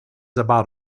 about